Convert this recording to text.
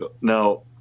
Now